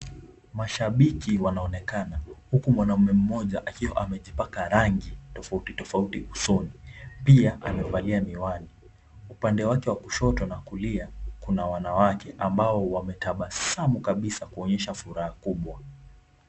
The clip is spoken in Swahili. Mashabiki wanaonekana, huku mwanaume mmoja akiwa amejipaka rangi tofauti tofauti usoni. Pia amevalia miwani, upande wake wa kushoto na kulia kuna wanawake ambao wametabasamu kabisa kuonyesha furaha kubwa.